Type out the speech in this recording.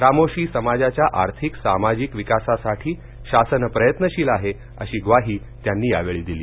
रामोशी समाजाच्या आर्थिक सामाजिक विकासासाठी शासन प्रयत्नशील आहे अशी ग्वाही त्यांनी यावेळी दिली